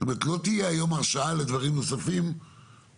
זאת אומרת לא תהיה היום הרשאה לדברים נוספים בעתיד.